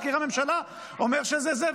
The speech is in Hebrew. מזכיר הממשלה אומר שזה זה,